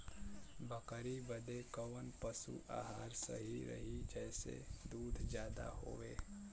बकरी बदे कवन पशु आहार सही रही जेसे दूध ज्यादा होवे?